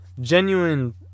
genuine